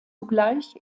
zugleich